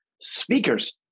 speakers